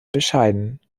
bescheiden